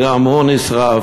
וגם הוא נשרף.